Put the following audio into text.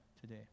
today